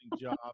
job